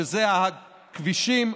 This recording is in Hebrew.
זה הכבישים,